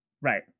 Right